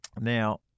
now